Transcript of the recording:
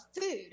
food